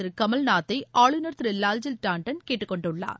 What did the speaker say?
திருகமல்நாத்தைஆளுநர் திருலால்ஜித் டாண்டன் கேட்டுக் கொண்டுள்ளார்